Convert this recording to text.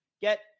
get